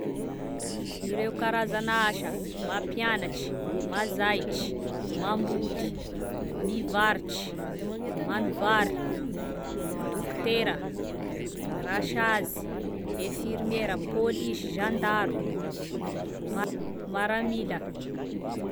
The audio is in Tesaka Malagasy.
Ireo karazana asa: mampianatry, manzaitry, mamboly, mivarotry, manobary, dokotera, rasazy, enfirmera, polisy, gendarme, ma- maramila